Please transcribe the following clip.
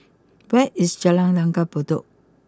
where is Jalan Langgar Bedok